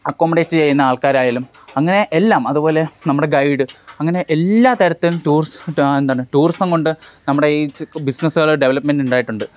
accommodate ചെയ്യുന്ന ആൾക്കാരായാലും അങ്ങനെ എല്ലാം അതുപോലെ നമ്മുടെ ഗൈഡ് അങ്ങനെ എല്ലാ തരത്തിൽ ടൂറിസ്റ്റ് എന്താണ് ടൂറിസം കൊണ്ട് നമ്മുടെ ഈ ബിസിനെസ്സുകൾ ഡെവലപ്പ്മെൻ്റ് ഉണ്ടായിട്ടുണ്ട്